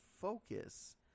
focus